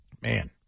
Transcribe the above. man